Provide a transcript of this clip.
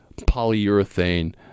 polyurethane